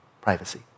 privacy